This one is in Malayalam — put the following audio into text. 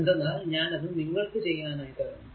എന്തെന്നാൽ അത് ഞാൻ നിങ്ങൾക്കു ചെയ്യാൻ ആയി തരുന്നു